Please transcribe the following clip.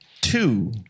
Two